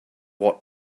what